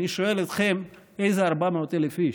אני שואל אתכם, איזה 400,000 איש?